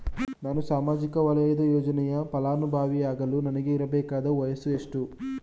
ನಾನು ಸಾಮಾಜಿಕ ವಲಯದ ಯೋಜನೆಯ ಫಲಾನುಭವಿ ಯಾಗಲು ನನಗೆ ಇರಬೇಕಾದ ವಯಸ್ಸು ಎಷ್ಟು?